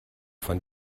von